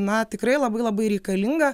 na tikrai labai labai reikalinga